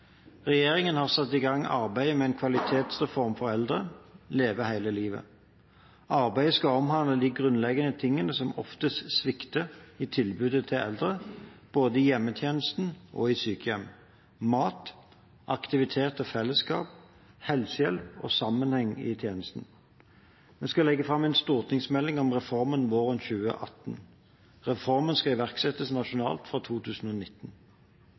Regjeringen har satt i gang arbeidet med en kvalitetsreform for eldre, Leve hele livet. Arbeidet skal omhandle de grunnleggende tingene som oftest svikter i tilbudet til eldre, både i hjemmetjenesten og i sykehjem: mat, aktivitet og fellesskap, helsehjelp og sammenheng i tjenestene. Vi skal legge fram en stortingsmelding om reformen våren 2018. Reformen skal iverksettes nasjonalt fra 2019.